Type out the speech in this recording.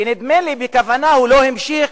ונדמה לי שבכוונה הוא לא המשיך,